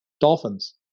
dolphins